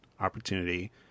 opportunity